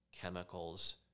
chemicals